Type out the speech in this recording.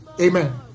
Amen